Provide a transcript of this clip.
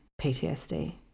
PTSD